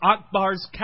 Akbar's